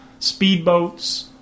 speedboats